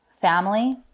family